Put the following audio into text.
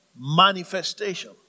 manifestation